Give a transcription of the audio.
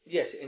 Yes